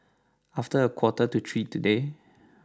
after a quarter to three today